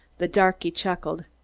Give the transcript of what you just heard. the darky chuckled.